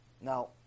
Now